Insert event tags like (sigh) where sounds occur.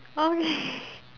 oh really (laughs)